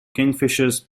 kingfishers